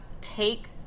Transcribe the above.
take